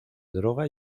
droga